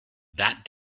that